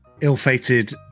ill-fated